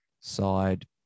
side